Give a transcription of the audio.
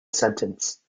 sentence